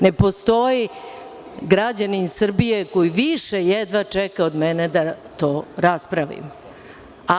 Ne postoji građanin Srbije koji jedva čeka više od mene da to raspravimo.